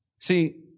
See